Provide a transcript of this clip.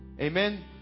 Amen